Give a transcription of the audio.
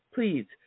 Please